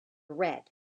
red